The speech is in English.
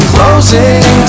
Closing